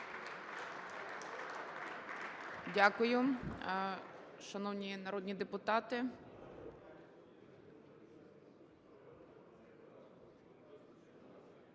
Дякую. Шановні народні депутати,